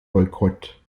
boykott